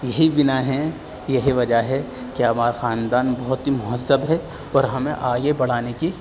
یہی بنا ہے یہی وجہ ہے کہ ہمارا خاندان بہت ہی مہذب ہے اور ہمیں آگے بڑھانے کی